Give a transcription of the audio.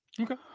Okay